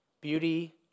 Beauty